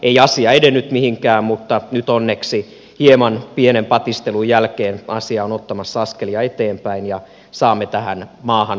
ei asia edennyt mihinkään mutta nyt onneksi pienen patistelun jälkeen asia on ottamassa askelia eteenpäin ja saamme tähän maahan ajanmukaisen varhaiskasvatuslain